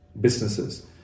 businesses